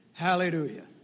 Hallelujah